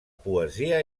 poesia